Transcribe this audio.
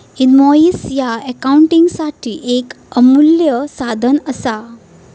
invoice ह्या अकाउंटिंगसाठी येक अमूल्य साधन असा